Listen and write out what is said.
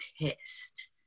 pissed